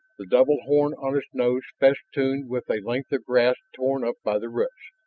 the double horn on its nose festooned with a length of grass torn up by the roots.